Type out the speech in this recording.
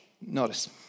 Notice